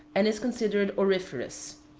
and is considered auriferous.